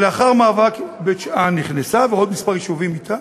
לאחר מאבק, בית-שאן נכנסה ועוד כמה יישובים אתה.